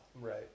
Right